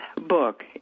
book